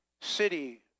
city